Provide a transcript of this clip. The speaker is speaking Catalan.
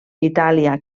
itàlia